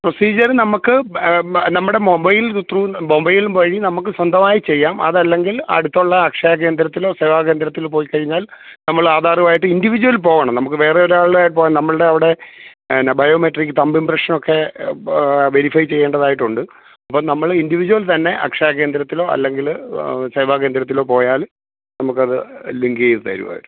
procedure നമുക്ക് നമ്മുടെ mobile through mobile വഴി നമുക്ക് സ്വന്തമായി ചെയ്യാം അതല്ലെങ്കിൽ അടുത്തുള്ള അക്ഷയ കേന്ദ്രത്തിലോ സേവാ കേന്ദ്രത്തിലോ പോയിക്കഴിഞ്ഞാൽ നമ്മളാധാറുമായിട്ട് ഇൻഡിവിജ്വൽ പോകണം നമുക്ക് വേറെ ഒരാളുടെ ഇപ്പോൾ നമ്മളുടെ അവിടെ എന്നാ ബയോമെട്രിക് തമ്പ് ഇംപ്രഷനൊക്കെ വെരിഫൈ ചെയ്യേണ്ടതായിട്ടുണ്ട് അപ്പം നമ്മൾ ഇൻഡിവിജ്വൽ തന്നെ അക്ഷയ കേന്ദ്രത്തിലോ അല്ലെങ്കിൽ സേവാ കേന്ദ്രത്തിലോ പോയാൽ നമുക്കത് ലിങ്ക് ചെയ്ത തരുമവർ